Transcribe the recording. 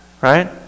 right